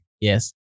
Yes